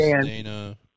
Dana